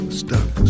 stuck